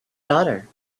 daughter